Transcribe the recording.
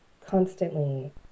constantly